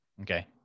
Okay